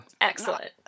excellent